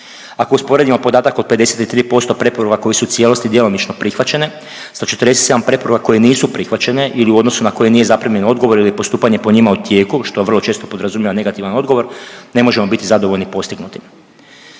Ako usporedimo podatak od 53% preporuka koje su u cijelosti djelomično prihvaćene 147 preporuka koje nisu prihvaćene ili u odnosu na koje nije zaprimljen odgovor ili je postupanje po njima u tijeku što vrlo često podrazumijeva negativan odgovor, ne možemo biti zadovoljni postignutim.